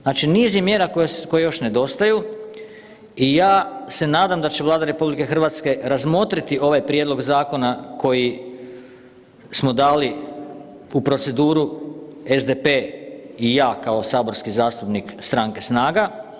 Znači niz je mjera koje još nedostaju i ja se nadam da će Vlada RH razmotriti ovaj prijedlog zakona koji smo dali u proceduru SDP i ja kao saborski zastupnik stranke SNAGA.